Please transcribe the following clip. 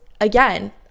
Again